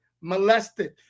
molested